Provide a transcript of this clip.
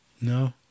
No